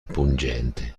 pungente